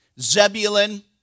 Zebulun